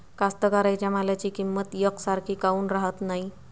कास्तकाराइच्या मालाची किंमत यकसारखी काऊन राहत नाई?